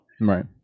Right